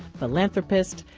philanthropist,